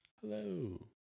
Hello